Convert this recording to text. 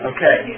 Okay